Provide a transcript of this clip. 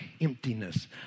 emptiness